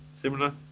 similar